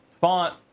Font